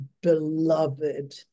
beloved